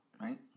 right